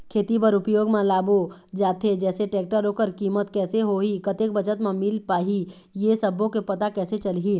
खेती बर उपयोग मा लाबो जाथे जैसे टेक्टर ओकर कीमत कैसे होही कतेक बचत मा मिल पाही ये सब्बो के पता कैसे चलही?